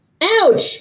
Ouch